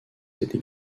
cette